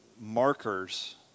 markers